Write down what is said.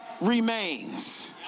remains